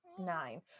Nine